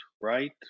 right